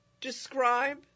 Describe